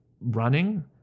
running